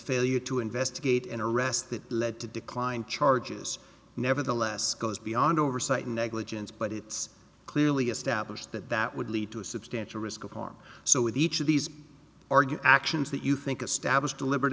failure to investigate an arrest that led to decline charges nevertheless goes beyond oversight negligence but it's clearly established that that would lead to a substantial risk of harm so each of these are good actions that you think establish deliber